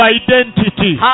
identity